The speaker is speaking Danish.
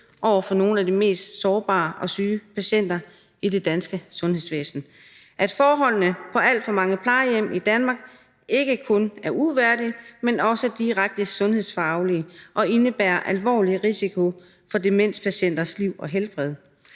over for nogle af de mest sårbare og syge patienter i det danske sundhedsvæsen – at forholdene på alt for mange plejehjem i Danmark ikke kun er uværdige, men også direkte sundhedsfarlige og indebærer alvorlig risiko for demenspatienters liv og helbred;